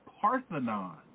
Parthenon